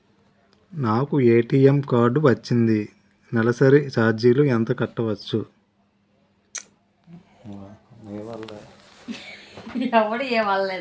నాకు ATM card వచ్చింది నెలసరి ఛార్జీలు ఎంత కట్ అవ్తున్నాయి?